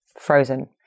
frozen